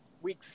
Week